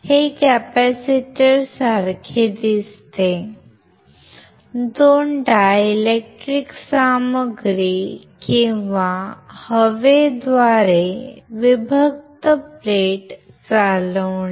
हे कॅपेसिटरसारखे दिसते 2 डायलेक्ट्रिक सामग्री किंवा हवेद्वारे विभक्त प्लेट चालवणे